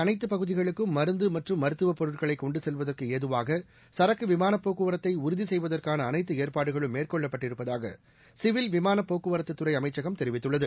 அனைத்துபகுதிகளுக்கும் நாட்டின் மருந்துமற்றும் மருத்துவப் பொருட்களைகொண்டுசெல்வதற்குஏதுவாகசரக்குவிமானப் போக்குவரத்தைஉறுதிசெய்வதற்கானஅனைத்துஏற்பாடுகளும் மேற்கொள்ளப்பட்டிருப்பதாகசிவில் விமானப் போக்குவரத்துத்துறைஅமைச்சகம் தெரிவித்துள்ளது